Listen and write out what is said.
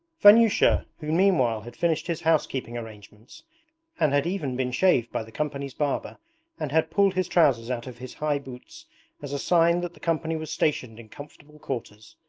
vanyusha, who meanwhile had finished his housekeeping arrangements and had even been shaved by the company's barber and had pulled his trousers out of his high boots as a sign that the company was stationed in comfortable quarters,